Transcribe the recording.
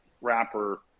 wrapper